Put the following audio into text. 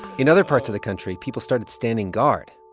in other parts of the country, people started standing guard.